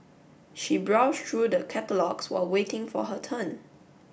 she browsed through the catalogues while waiting for her turn